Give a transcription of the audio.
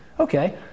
Okay